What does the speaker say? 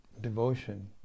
devotion